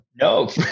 No